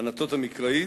ענתות המקראית,